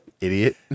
idiot